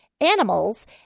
animals